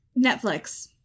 Netflix